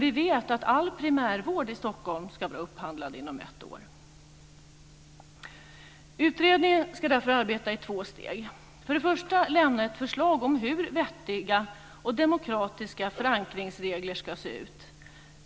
Vi vet att all primärvård i Stockholm ska vara upphandlad inom ett år. Utredningen ska därför arbeta i två steg. Det första är att lämna ett förslag om hur vettiga och demokratiska förankringsregler ska se ut.